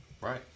Right